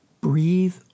Breathe